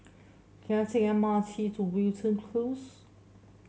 can I take a M R T to Wilton Close